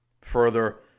Further